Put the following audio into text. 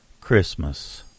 Christmas